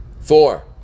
four